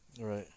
Right